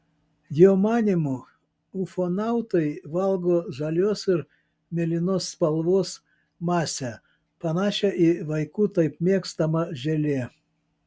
jo manymu ufonautai valgo žalios ir mėlynos spalvos masę panašią į vaikų taip mėgstamą želė